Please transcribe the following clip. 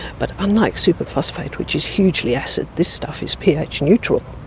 but unlike superphosphate which is hugely acid, this stuff is ph neutral.